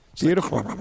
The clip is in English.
Beautiful